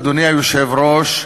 אדוני היושב-ראש,